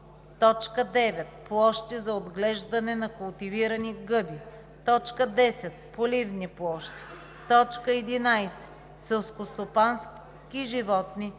площи. 9. Площи за отглеждане на култивирани гъби. 10. Поливни площи. 11. Селскостопански животни